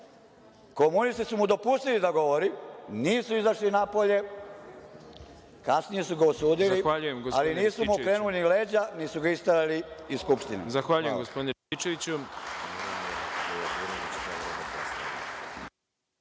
komunisti su mu dopustili da govori, nisu izašli napolje, kasnije su ga osudili, ali nisu mu okrenuli ni leđa niti su ga isterali iz Skupštine.